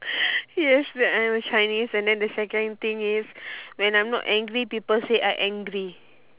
yes that I'm a chinese and then the second thing is when I'm not angry people say I angry